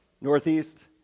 Northeast